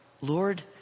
Lord